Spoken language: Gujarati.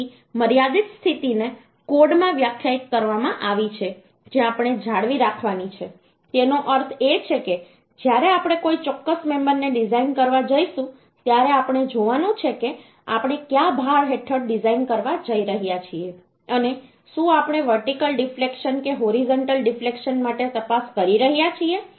તેથી મર્યાદિત સ્થિતિને કોડમાં વ્યાખ્યાયિત કરવામાં આવી છે જે આપણે જાળવી રાખવાની છે તેનો અર્થ એ છે કે જ્યારે આપણે કોઈ ચોક્કસ મેમબરને ડિઝાઇન કરવા જઈશું ત્યારે આપણે જોવાનું છે કે આપણે કયા ભાર હેઠળ ડિઝાઇન કરવા જઈ રહ્યા છીએ અને શું આપણે વર્ટિકલ ડિફ્લેક્શન કે હોરિઝોન્ટલ ડિફ્લેક્શન માટે તપાસ કરી રહ્યા છીએ